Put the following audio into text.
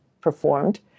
performed